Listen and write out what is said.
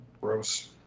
Gross